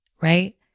right